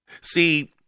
See